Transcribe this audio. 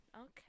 Okay